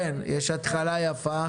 נכון, יש התחלה יפה.